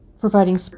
providing